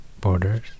borders